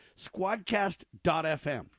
Squadcast.fm